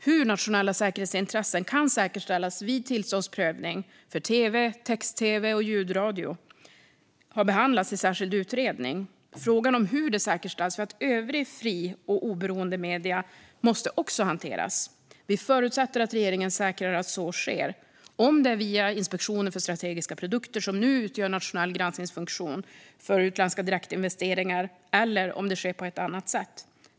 Hur nationella säkerhetsintressen kan säkerställas vid tillståndsprövning för tv, text-tv och ljudradio har behandlats i särskild utredning. Frågan om hur det säkerställs för att hävda övriga fria och oberoende medier måste också hanteras. Vi förutsätter att regeringen säkrar att så sker. Det kan ske via Inspektionen för strategiska produkter, som nu utgör nationell granskningsfunktion för utländska direktinvesteringar, eller på annat sätt.